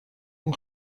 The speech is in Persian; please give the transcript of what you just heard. اون